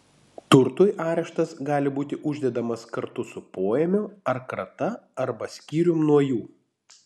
turtui areštas gali būti uždedamas kartu su poėmiu ar krata arba skyrium nuo jų